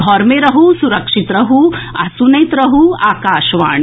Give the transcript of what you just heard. घर मे रहू सुरक्षित रहू आ सुनैत रहू आकाशवाणी